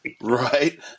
Right